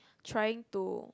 trying to